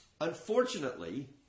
Unfortunately